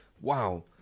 wow